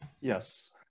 Yes